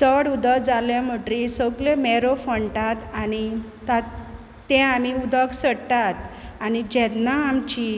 चड उद जालें म्हुट्री सोगले मेरो फणटात आनी ता तें आमी उदक सडटात आनी जेदना आमची